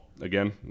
again